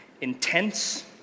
intense